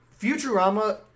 Futurama